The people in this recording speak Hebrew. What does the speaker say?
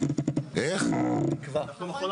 אנחנו גם